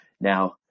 Now